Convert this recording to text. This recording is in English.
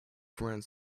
friends